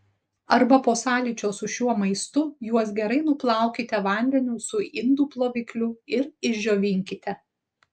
arba po sąlyčio su šiuo maistu juos gerai nuplaukite vandeniu su indų plovikliu ir išdžiovinkite